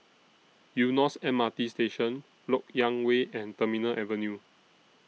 Eunos M R T Station Lok Yang Way and Terminal Avenue